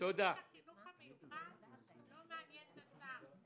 החינוך המיוחד לא מעניין את השר.